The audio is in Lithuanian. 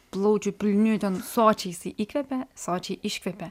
plaučiai pilni ten sočiai jisai įkvepia sočiai iškvepia